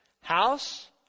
house